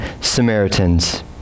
Samaritans